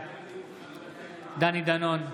בעד דני דנון,